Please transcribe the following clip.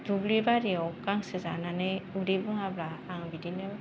दुब्लिबारियाव गांसो जानानै उदै बुङाब्ला आं बिदिनो